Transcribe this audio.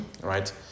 right